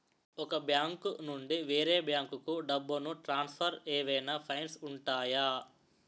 ఒక బ్యాంకు నుండి వేరే బ్యాంకుకు డబ్బును ట్రాన్సఫర్ ఏవైనా ఫైన్స్ ఉంటాయా?